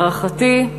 להערכתי,